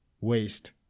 waste